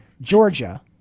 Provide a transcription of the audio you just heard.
Georgia